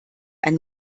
ein